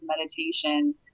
meditation